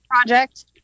project